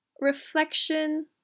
reflection